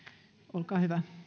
olkaa hyvä